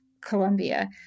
Colombia